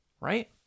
right